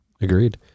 Agreed